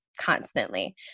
constantly